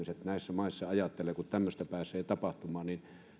näissä maissa ajattelevat kun tämmöistä pääsee tapahtumaan